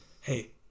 hey